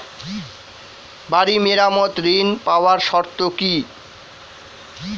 বাড়ি মেরামত ঋন পাবার শর্ত কি?